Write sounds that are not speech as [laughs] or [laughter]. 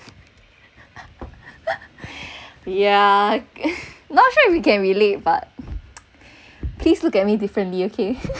[laughs] yeah not sure if you can relate but please look at me differently okay